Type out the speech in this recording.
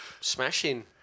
Smashing